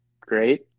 great